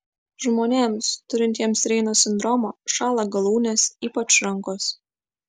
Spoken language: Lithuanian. žmonėms turintiems reino sindromą šąla galūnės ypač rankos